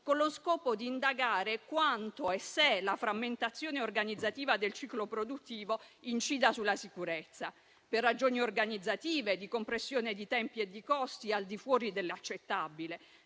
con lo scopo di indagare quanto e se la frammentazione organizzativa del ciclo produttivo incida sulla sicurezza per ragioni organizzative, di compressione di tempi, di costi e di controlli, al di fuori dell'accettabile,